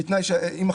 של ילדים,